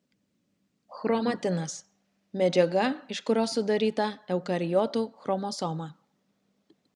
chromatinas medžiaga iš kurios sudaryta eukariotų chromosoma